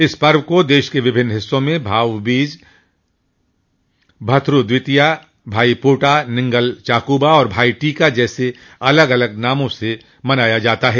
इस पर्व को देश के विभिन्न हिस्सों में भाऊ बीज भथरू द्वितीया भाई पोटा निन्गल चाकूबा और भाई टीका जैसे अलग अलग नामों से मनाया जाता है